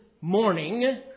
morning